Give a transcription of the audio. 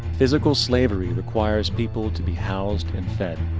physical slavery requires people to be housed and fed.